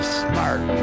smart